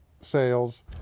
sales